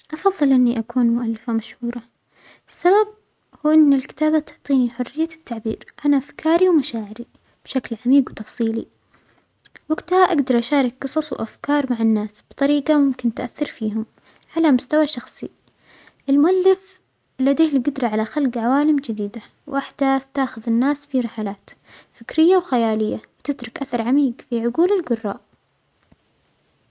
أفظل إنى أكون مؤلفة مشهورة، السبب هو أنو الكتابة تعطينى حرية التعبير عن أفكارى ومشاعرى بشكل عميج وتفصيلى، وجتها أجدر أشارك قصص وأفكار مع الناس بطريجة ممكن تأثر فيهم على مستوى شخصى، المؤلف لديه الجدرة على خلج عوالم جديدة وأحداث تأخذ الناس في رحلات فكرية وخيالية وتترك أثر عميج في عجول الجراء.